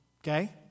okay